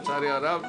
לצערי הרב,